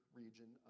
region